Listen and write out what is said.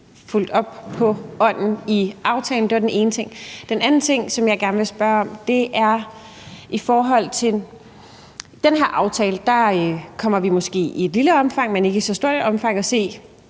fulgt op på ånden i aftalen? Det var den ene ting. Der er en anden ting, som jeg gerne vil spørge om. I forhold til den her aftale kommer vi måske i et lille omfang, men ikke i så stort et omfang, til